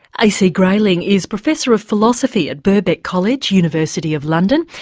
ac grayling is professor of philosophy at birkbeck college, university of london,